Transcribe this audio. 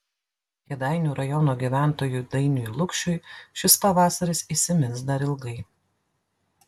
kėdainių rajono gyventojui dainiui lukšiui šis pavasaris įsimins dar ilgai